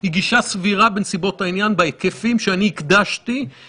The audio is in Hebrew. אני לא מציע לעצמנו להכניס ערוץ מעל משרד הבריאות.